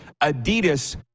Adidas